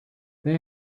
they